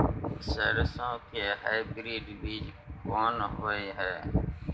सरसो के हाइब्रिड बीज कोन होय है?